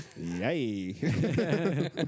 Yay